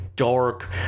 dark